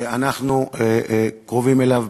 שאנחנו קרובים אליו,